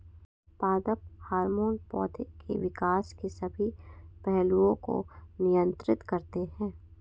पादप हार्मोन पौधे के विकास के सभी पहलुओं को नियंत्रित करते हैं